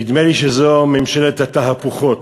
נדמה לי שזאת ממשלת התהפוכות,